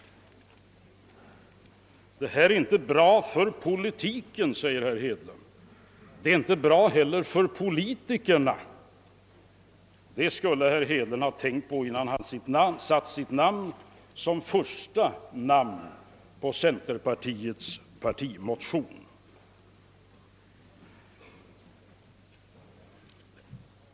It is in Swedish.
»Detta är inte bra för politiken», säger herr Hedlund. Det är inte bra för politikerna. Det skulle herr Hedlund ha tänkt på innan han satte sitt namn som det första på centerns partimotion.